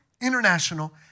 international